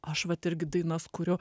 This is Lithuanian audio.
aš vat irgi dainas kuriu